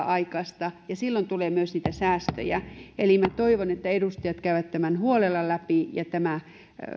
aikaista ja silloin tulee myös niitä säästöjä eli minä toivon että edustajat käyvät tämän huolella läpi ja tämä